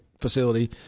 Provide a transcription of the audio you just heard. facility